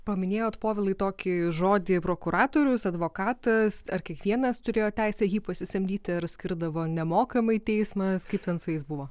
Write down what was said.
paminėjot povilai tokį žodį prokuratorius advokatas ar kiekvienas turėjo teisę jį pasisamdyti ar skirdavo nemokamai teismas kaip ten su jais buvo